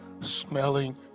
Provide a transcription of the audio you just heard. smelling